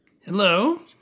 Hello